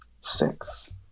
Six